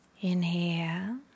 Inhale